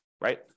right